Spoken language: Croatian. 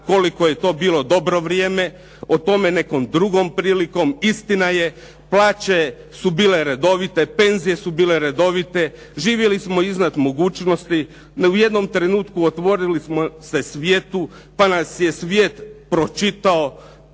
Koliko je to bilo dobro vrijeme o tome nekom drugom prilikom. Istina je, plaće su bile redovite, penzije su bile redovite, živjeli smo iznad mogućnosti. U jednom trenutku otvorili smo se svijetu pa nas je svijet pročitao,